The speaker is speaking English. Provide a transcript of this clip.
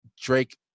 Drake